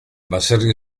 baserri